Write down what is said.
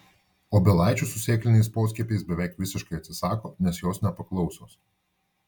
obelaičių su sėkliniais poskiepiais beveik visiškai atsisako nes jos nepaklausios